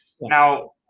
Now